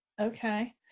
Okay